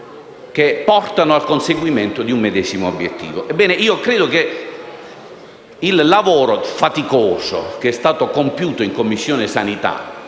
che portano al conseguimento di un medesimo obiettivo. Ebbene, credo che il faticoso lavoro compiuto in Commissione igiene